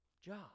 job